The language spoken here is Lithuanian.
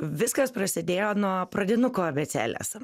viskas prasidėjo nuo pradinuko abėcėlės